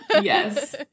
Yes